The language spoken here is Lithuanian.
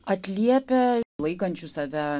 atliepia laikančių save